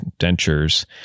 dentures